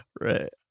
Right